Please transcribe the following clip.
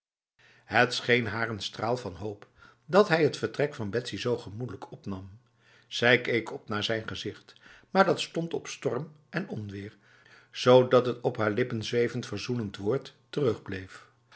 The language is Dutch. het scheen haar een straal van hoop dat hij t vertrek van betsy zo gemoedelijk opnam zij keek op naar zijn gezicht maar dat stond op storm en onweer zodat het haar op de lippen zwevend verzoenend woord